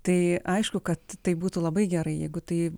tai aišku kad tai būtų labai gerai jeigu tai